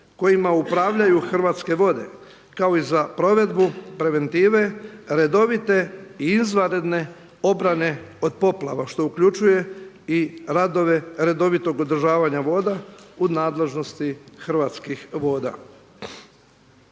kojima upravljaju Hrvatske vode kao i za provedbu preventive redovite i izvanredne obrane od poplava što uključuje i radove redovitog održavanja voda u nadležnosti Hrvatskih voda.